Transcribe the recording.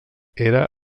era